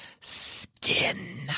skin